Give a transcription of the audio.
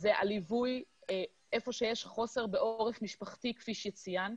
זה הליווי איפה שיש חוסר בעורף משפחתי כפי שציינת.